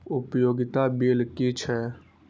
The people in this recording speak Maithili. उपयोगिता बिल कि छै?